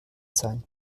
sein